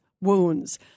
wounds